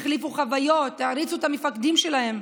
החליפו חוויות והעריצו את המפקדים שלהם.